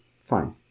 fine